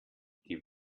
die